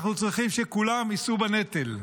אנחנו צרכים שכולם יישאו בנטל,